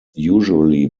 usually